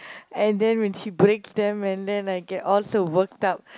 and then when she breaks them and then I get all so worked up